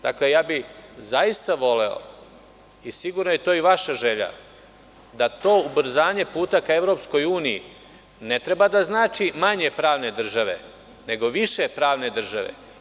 Zaista bih voleo i sigurno je to i vaša želja da to ubrzanje puta ka EU ne treba da znači manje pravne države, nego više pravne države.